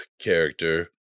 character